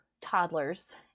toddlers